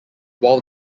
while